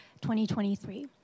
2023